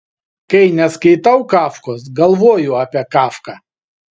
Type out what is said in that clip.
kai neskaitau kafkos galvoju apie kafką